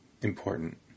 important